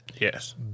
Yes